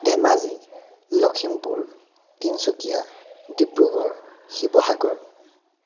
Dhemaji Lakhimpur Tinsukia Dibrugarh Sivasagar